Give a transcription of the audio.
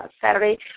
Saturday